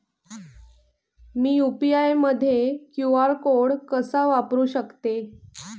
मी UPI मध्ये QR code कसा वापरु शकते?